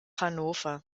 hannover